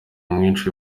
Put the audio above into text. mwinshi